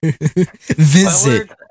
Visit